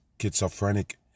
schizophrenic